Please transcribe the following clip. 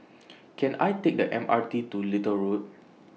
Can I Take The M R T to Little Road